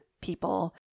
people